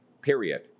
period